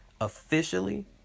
officially